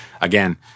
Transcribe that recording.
again